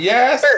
Yes